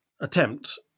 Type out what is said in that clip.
attempt